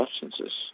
substances